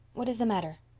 what is the matter?